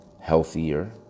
healthier